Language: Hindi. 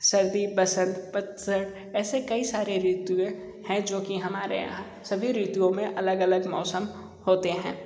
सर्दी बसंत पतझड़ ऐसी कई सारी ऋतु हैं हैं जो की हमारे यहां सभी ऋतुओं में अलग अलग मौसम होते हैं